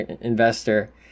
investor